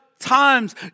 Times